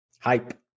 Hype